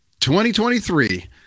2023